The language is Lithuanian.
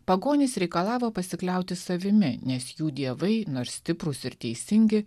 pagonys reikalavo pasikliauti savimi nes jų dievai nors stiprūs ir teisingi